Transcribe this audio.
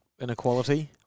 inequality